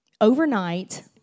Overnight